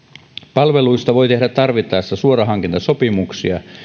palveluista voi tehdä tarvittaessa suorahankintasopimuksia